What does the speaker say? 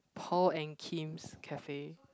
Paul and Kim's cafe